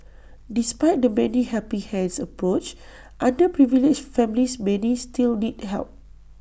despite the 'many helping hands' approach underprivileged families many still need help